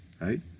right